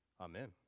Amen